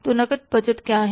तो नकद बजट क्या है